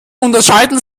unterscheiden